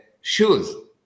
shoes